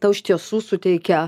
tau iš tiesų suteikia